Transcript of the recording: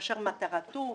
כאשר מטרתו,